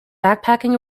backpacking